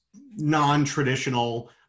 non-traditional